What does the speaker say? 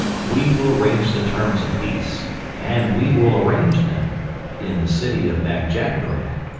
we will arrange the terms of peace and we will arrange them in the city of bag-jagderag.